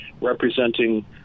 representing